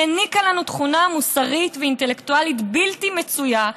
היא העניקה לנו תכונה מוסרית ואינטלקטואלית בלתי מצויה,